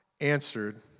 answered